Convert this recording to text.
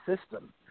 system